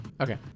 Okay